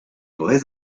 vrais